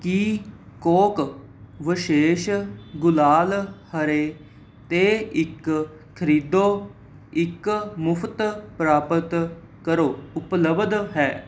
ਕੀ ਕੌਕ ਵਿਸ਼ੇਸ਼ ਗੁਲਾਲ ਹਰੇ 'ਤੇ ਇੱਕ ਖਰੀਦੋ ਇੱਕ ਮੁਫਤ ਪ੍ਰਾਪਤ ਕਰੋ ਉਪਲਬਧ ਹੈ